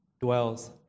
dwells